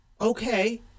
okay